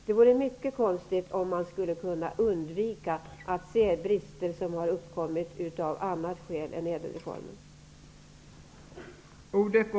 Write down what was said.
Det vore mycket konstigt om man skulle kunna undvika att se brister som har uppkommit av andra skäl och som inte har samband med ÄDEL-reformen.